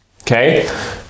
okay